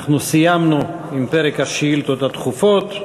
סיימנו את פרק השאילתות הדחופות.